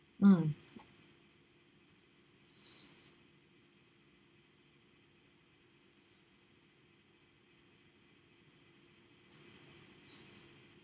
mm